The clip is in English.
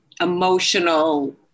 emotional